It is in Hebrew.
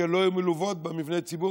כי הן לא יהיו מלוות במבני ציבור